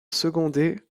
secondé